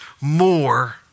more